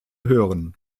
hören